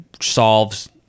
solves